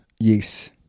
Yes